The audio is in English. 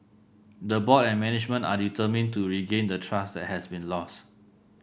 the board and management are determined to regain the trust that has been lost